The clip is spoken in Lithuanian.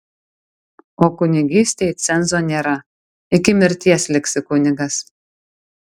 o kunigystei cenzo nėra iki mirties liksi kunigas